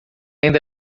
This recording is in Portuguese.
ainda